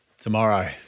Tomorrow